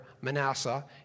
Manasseh